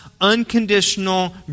unconditional